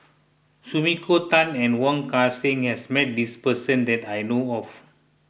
Sumiko Tan and Wong Kan Seng has met this person that I know of